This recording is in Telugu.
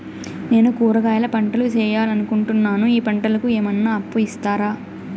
నేను కూరగాయల పంటలు వేయాలనుకుంటున్నాను, ఈ పంటలకు ఏమన్నా అప్పు ఇస్తారా?